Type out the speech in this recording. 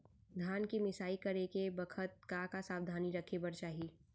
धान के मिसाई करे के बखत का का सावधानी रखें बर चाही?